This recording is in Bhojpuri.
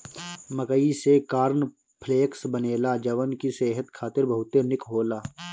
मकई से कॉर्न फ्लेक्स बनेला जवन की सेहत खातिर बहुते निक होला